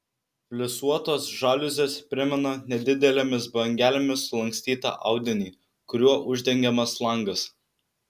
plisuotos žaliuzės primena nedidelėmis bangelėmis sulankstytą audinį kuriuo uždengiamas langas